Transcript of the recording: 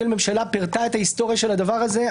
לממשלה פירטה את ההיסטוריה של הדבר הזה.